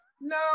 No